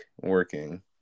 working